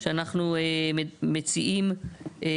שאנחנו מציעים,